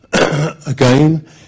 Again